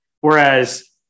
Whereas